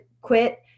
quit